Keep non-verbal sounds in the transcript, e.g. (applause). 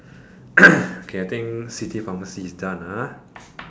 (coughs) okay I think city pharmacy is done ah